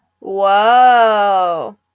Whoa